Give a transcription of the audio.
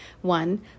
One